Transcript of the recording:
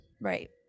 Right